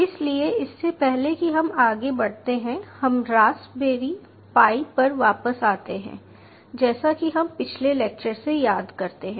इसलिए इससे पहले कि हम आगे बढ़ते हैं हम रास्पबेरी पाई पर वापस आते हैं जैसा कि हम पिछले लेक्चर से याद करते हैं